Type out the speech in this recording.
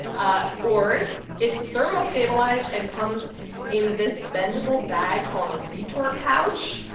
ah or it's thermostabilized and comes in this bendable bag called a retort pouch.